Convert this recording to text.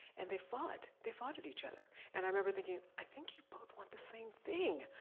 and they fought, they fought at each other. and i remember thinking, i think you both want the same thing.